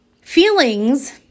Feelings